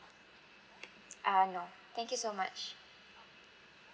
uh no thank you so much